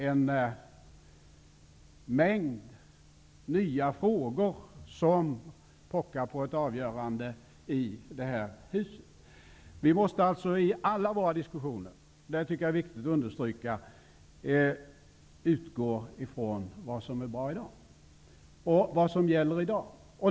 En mängd nya frågor pockar på ett avgörande i det här huset. Vi måste alltså i alla våra diskussioner, och det tycker jag är viktigt att understryka, utgå ifrån vad som är bra i dag och vad som gäller i dag.